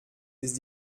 ist